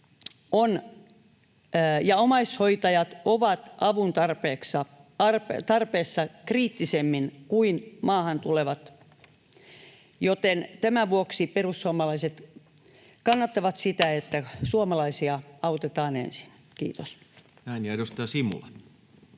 omaishoitajat ovat avun tarpeessa kriittisemmin kuin maahan tulevat, joten tämän vuoksi perussuomalaiset kannattavat sitä, että suomalaisia autetaan ensin. — Kiitos. [Speech 151]